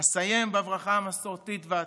אסיים בברכה המסורתית והעתיקה: